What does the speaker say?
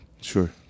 Sure